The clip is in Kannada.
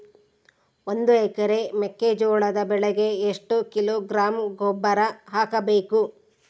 ಒಂದು ಎಕರೆ ಮೆಕ್ಕೆಜೋಳದ ಬೆಳೆಗೆ ಎಷ್ಟು ಕಿಲೋಗ್ರಾಂ ಗೊಬ್ಬರ ಹಾಕಬೇಕು?